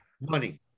Money